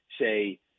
say